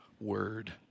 word